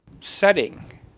setting